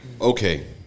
okay